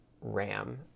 ram